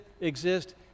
exist